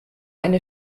eine